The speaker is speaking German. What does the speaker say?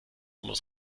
muss